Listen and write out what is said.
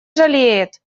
жалеет